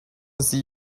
see